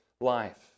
life